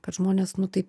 kad žmonės nu tai